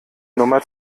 nummer